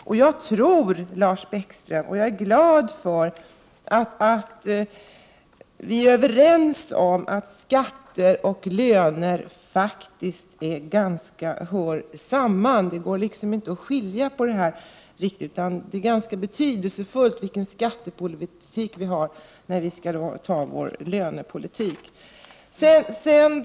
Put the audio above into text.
Jag är glad för, Lars Bäckström, att vi är överens om att skatter och löner faktiskt hör samman, så att det inte riktigt går att skilja på dem. Det är ganska betydelsefullt vilken skattepolitik vi har när vi skall bestämma vår lönepolitik.